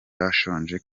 bashonje